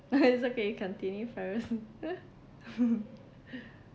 it's okay continue first